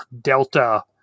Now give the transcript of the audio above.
delta